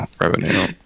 Revenue